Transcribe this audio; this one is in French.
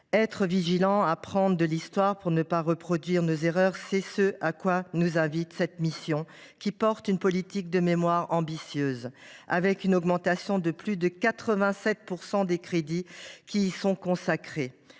Être vigilants, apprendre de l’Histoire pour ne pas reproduire nos erreurs, c’est ce à quoi nous invite cette mission, qui porte une politique de mémoire ambitieuse, avec une augmentation de plus de 87 % des crédits qui y sont consacrés.